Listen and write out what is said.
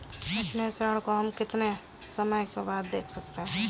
अपने ऋण को हम कितने समय बाद दे सकते हैं?